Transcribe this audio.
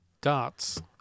darts